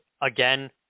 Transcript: again